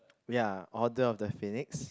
ya order of the phoenix